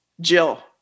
Jill